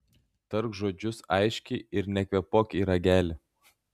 tark žodžius aiškiai ir nekvėpuok į ragelį